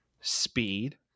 speed